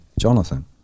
Jonathan